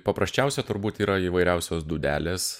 paprasčiausia turbūt yra įvairiausios dūdelės